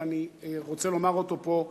אבל אני רוצה לומר אותו פה.